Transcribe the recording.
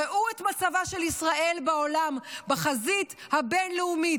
ראו את מצבה של ישראל בעולם בחזית הבין-לאומית,